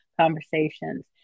conversations